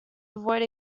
avoid